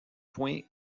point